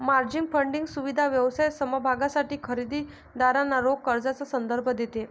margin funding सुविधा व्यवसाय समभागांसाठी खरेदी दारांना रोख कर्जाचा संदर्भ देते